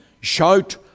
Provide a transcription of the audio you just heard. Shout